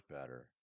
better